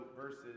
versus